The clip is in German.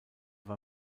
war